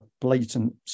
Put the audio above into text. blatant